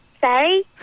Sorry